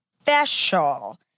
special